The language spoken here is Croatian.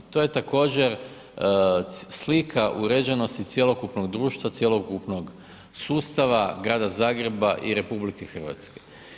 To je također slika uređenosti cjelokupnog društva, cjelokupnog sustava, grada Zagreba i RH.